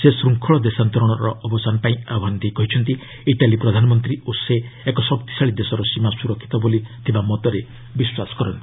ସେ ଶୃଙ୍ଖଳ ଦେଶାନ୍ତରଣର ଅବସାନ ପାଇଁ ଆହ୍ପାନ ଦେଇ କହିଛନ୍ତି ଇଟାଲୀ ପ୍ରଧାନମନ୍ତ୍ରୀ ଓ ସେ ଏକ ଶକ୍ତିଶାଳୀ ଦେଶର ସୀମା ସୁରକ୍ଷିତ ବୋଲି ଥିବା ମତରେ ବିଶ୍ୱାସ କରନ୍ତି